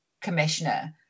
commissioner